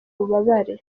bubabare